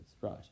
Right